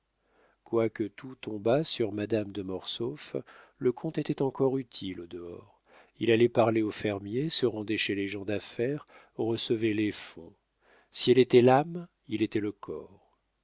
quoique tout tombât sur madame de mortsauf le comte était encore utile au dehors il allait parler aux fermiers se rendait chez les gens d'affaires recevait les fonds si elle était l'âme il était le corps